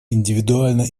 индивидуально